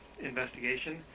investigation